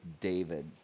David